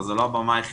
אבל זו לא הבמה היחידה,